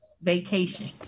vacation